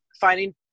finding